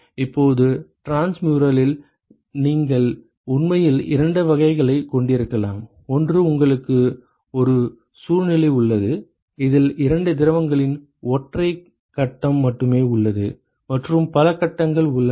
இப்போது டிரான்ஸ்முரலில் நீங்கள் உண்மையில் இரண்டு வகைகளைக் கொண்டிருக்கலாம் ஒன்று உங்களுக்கு ஒரு சூழ்நிலை உள்ளது இதில் இரண்டு திரவங்களின் ஒற்றை கட்டம் மட்டுமே உள்ளது மற்றும் பல கட்டங்கள் உள்ளன